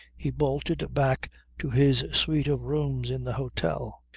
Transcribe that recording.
he bolted back to his suite of rooms in the hotel.